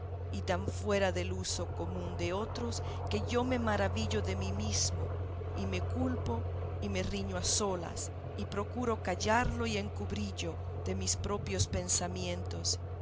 y tan fuera del uso común de otros que yo me maravillo de mí mismo y me culpo y me riño a solas y procuro callarlo y encubrirlo de mis proprios pensamientos